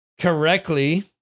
correctly